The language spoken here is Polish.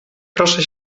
proszę